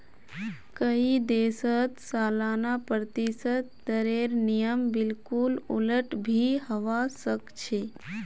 कई देशत सालाना प्रतिशत दरेर नियम बिल्कुल उलट भी हवा सक छे